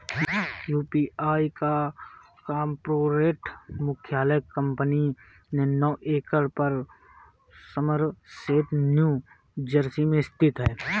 UPI का corporate मुख्यालय company के नौ एकड़ पर समरसेट न्यू जर्सी में स्थित है